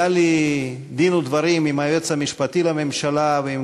היה לי דין ודברים עם היועץ המשפטי לממשלה ועם